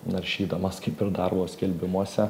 naršydamas kaip ir darbo skelbimuose